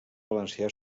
valencià